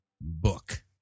book